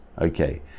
Okay